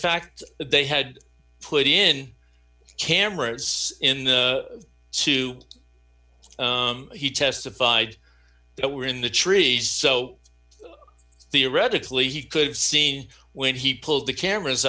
fact they had put in cameras in the two he testified that were in the trees so theoretically he could have seen when he pulled the cameras